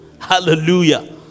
hallelujah